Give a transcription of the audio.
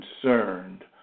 concerned